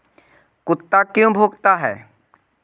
कुत्ता क्यों भौंकता है?